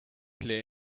clear